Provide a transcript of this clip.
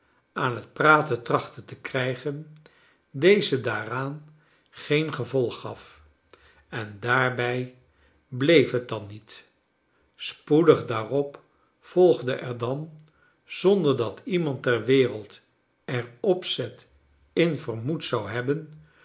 aan het praten trachtte te krijgen deze daaraan geen gevolg gaf en daarbij bleef het dan niet spoedig daarop volgde er dan zonder dat iemand ter wereld er opzet in vermoed zou hebben